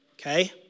Okay